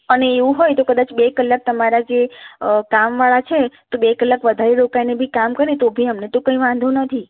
અને એવું હોય તો કદાચ બે કે તમારા જે કામવાળા છે તો બે કલાક વધારે રોકાઈ ને બી કામ કરે તો બી અમને તો કંઈ વાંધો નથી